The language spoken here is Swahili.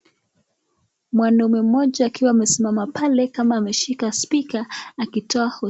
Mwanaume mmoja akiwa amesimama pale kama ameshika spika, akitoa ho...